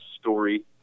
story